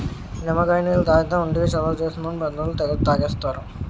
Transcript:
నిమ్మకాయ నీళ్లు తాగితే ఒంటికి చలవ చేస్తుందని పెద్దోళ్ళు తెగ తాగేస్తారు